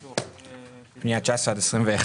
פנייה 19 עד 21,